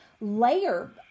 layer